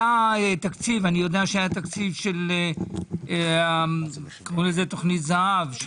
אני יודע שהיה תקציב של תוכנית זה"ב,